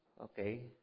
Okay